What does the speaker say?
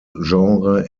genre